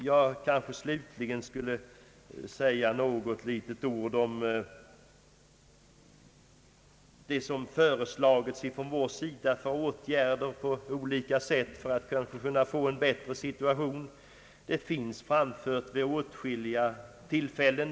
Jag skall slutligen säga något om de olika åtgärder som föreslagits från vår sida för att åstadkomma en bättre situation. Vi har lagt fram förslag vid åtskilliga tillfällen.